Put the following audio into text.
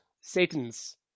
Satans